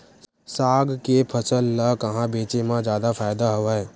साग के फसल ल कहां बेचे म जादा फ़ायदा हवय?